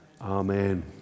Amen